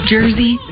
Jersey